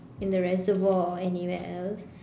in the reservoir or anywhere else